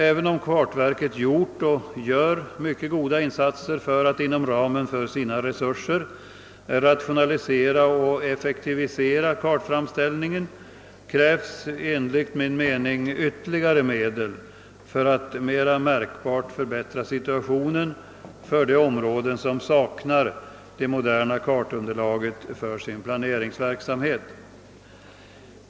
Även om kartverket gjort och gör mycket goda insatser för att inom ramen för sina resurser rationalisera och effektivisera kartframställningen, krävs enligt min mening ytterligare medel för att mera märkbart förbättra situationen för de områden som saknar det moderna kartunderlaget för sin planeringsverksamhet.